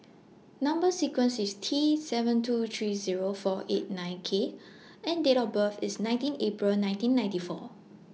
Number sequence IS T seven two three Zero four eight nine K and Date of birth IS nineteen April nineteen ninety four